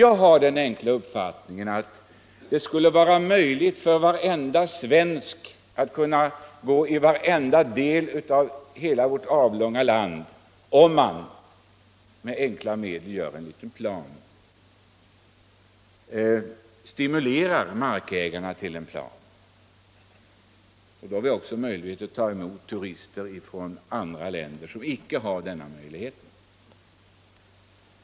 Jag har den uppfattningen att det skulle vara möjligt för varje svensk att vandra överallt i vårt avlånga land, om man med enkla medel gjorde upp en liten plan, dvs. om man stimulerade markägarna att göra upp en sådan plan. Samtidigt kan vi då ta emot turister från andra länder, där man saknar sådana möjligheter.